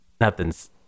nothing's